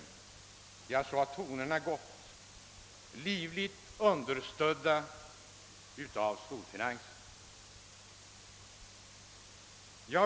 Så har tonerna gått med livligt understöd av storfinansen.